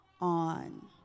on